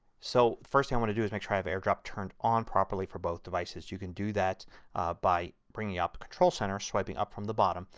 so first thing i want to do is make sure i have airdrop turned on properly for both devices. you can do that by bringing up control center, swiping up from the bottom,